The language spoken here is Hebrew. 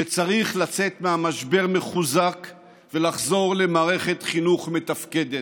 שצריך לצאת מהמשבר מחוזק ולחזור למערכת חינוך מתפקדת,